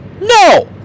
No